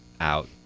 Out